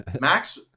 Max